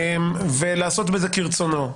ולעשות בזה כרצונו,